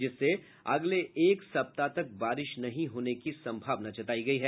जिससे अगले एक सप्ताह तक बारिश नहीं होने की सम्भावना जतायी गयी है